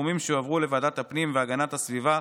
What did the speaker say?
לתחומים שהועברו לוועדת הפנים והגנת הסביבה,